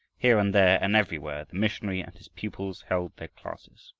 here and there and everywhere, the missionary and his pupils held their classes.